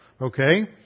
Okay